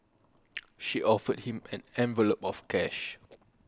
she offered him an envelope of cash